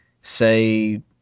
say